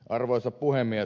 arvoisa puhemies